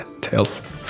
Tails